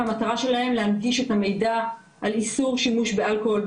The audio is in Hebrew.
והמטרה שלהם היא להנגיש את המידע על איסור שימוש באלכוהול,